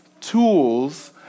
tools